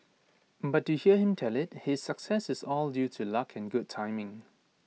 but to hear him tell IT his success is all due to luck and good timing